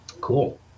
cool